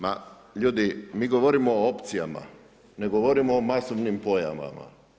Ma ljudi mi govorimo o opcijama, ne govorimo o masovnim pojavama.